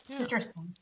interesting